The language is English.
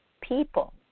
People